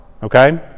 okay